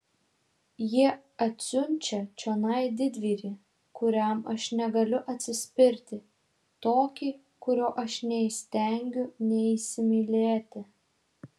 jie atsiunčia čionai didvyrį kuriam aš negaliu atsispirti tokį kurio aš neįstengiu neįsimylėti